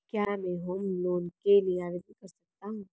क्या मैं home loan के लिए आवेदन कर सकता हूं?